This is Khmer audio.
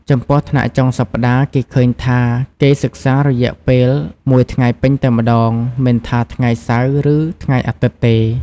ចំំពោះថ្នាក់់ចុងសប្ដាហ៍គេឃើញថា គេសិក្សារយៈពេលមួយថ្ងៃពេញតែម្តង មិនថាថ្ងៃសៅរ៍ ឬថ្ងៃអាទិត្យទេ។